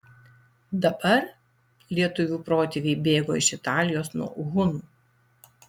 dabar lietuvių protėviai bėgo iš italijos nuo hunų